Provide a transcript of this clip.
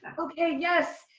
okay yes!